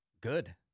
good